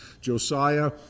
Josiah